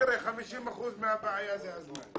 50% מהבעיה זה הזמן.